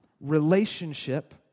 Relationship